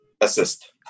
Assist